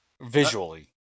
visually